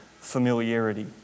familiarity